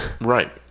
Right